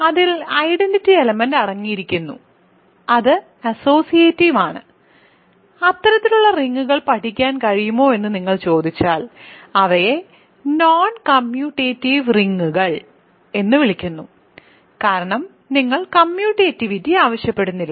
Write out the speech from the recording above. അതിൽ identity element അടങ്ങിയിരിക്കുന്നു അത് അസ്സോസിയേറ്റീവ് ആണ് അത്തരത്തിലുള്ള റിങ്ങുകൾ പഠിക്കാൻ കഴിയുമോ എന്ന് നിങ്ങൾ ചോദിച്ചാൽ അവയെ "നോൺ കമ്മ്യൂട്ടേറ്റീവ് റിംഗുകൾ" എന്ന് വിളിക്കുന്നു കാരണം നിങ്ങൾ കമ്മ്യൂട്ടിവിറ്റി ആവശ്യപ്പെടുന്നില്ല